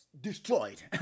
destroyed